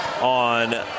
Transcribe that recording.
on